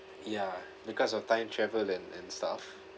ya because of time travel and and stuff